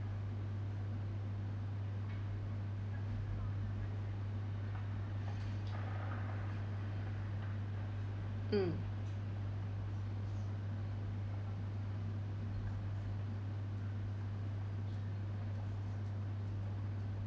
mm